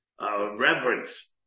reverence